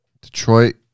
detroit